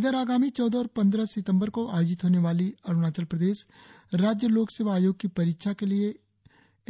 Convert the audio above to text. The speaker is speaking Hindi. इधर आगामी चौदह और पंद्रह सितंबर को आयोजित होने वाली अरुणाचल प्रदेश राज्य लोक सेवा आयोग की परीक्षा के लिए